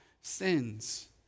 sins